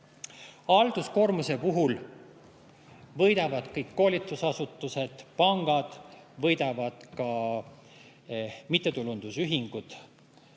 Halduskoormuse [seisukohast] võidavad kõik koolitusasutused, pangad, võidavad ka mittetulundusühingud,